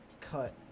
cut